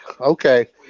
Okay